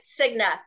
Cigna